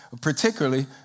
particularly